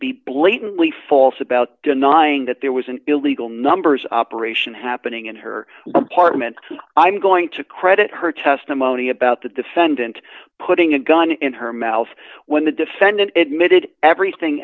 be blatantly false about denying that there was an illegal numbers operation happening in her apartment i'm going to credit her testimony about the defendant putting a gun in her mouth when the defendant admitted everything